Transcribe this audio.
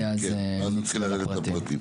ולכן זה נמשך עוד כמה דקות.